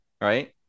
right